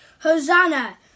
Hosanna